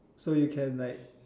so you can like